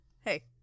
hey